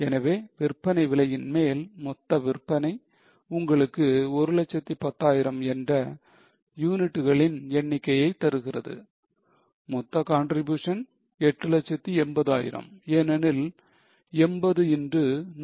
எனவே விற்பனை விலையின் மேல் மொத்தவிற்பனை உங்களுக்கு 110000 என்ற யூனிட்களின் எண்ணிக்கையை தருகிறது மொத்த contribution 880000 ஏனெனில் 80 into 110